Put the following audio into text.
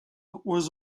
was